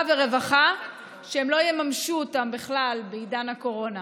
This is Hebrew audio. ורווחה שהם לא יממשו אותן בכלל בעידן הקורונה.